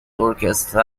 ارکستر